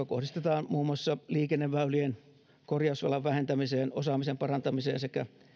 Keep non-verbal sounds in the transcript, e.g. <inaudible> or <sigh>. <unintelligible> kohdistetaan muun muassa liikenneväylien korjausvelan vähentämiseen osaamisen parantamiseen sekä